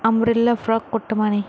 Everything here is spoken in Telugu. umbrella frock కుట్టమని